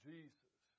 Jesus